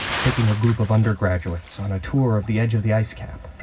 taking a group of undergraduates on a tour of the edge of the ice cap